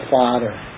Father